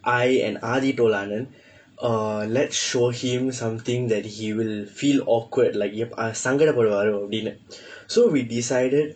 I and adi told anand err let's show him something that he will feel awkward like சங்கட படுவார்:sangkada paduvaar so we decided